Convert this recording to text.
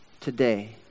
today